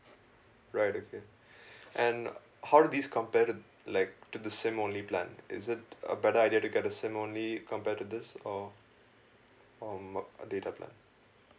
right okay and how do this compare to like to the SIM only plan is it a better idea to get the SIM only compared to this or um data plan